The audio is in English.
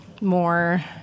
more